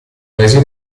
paesi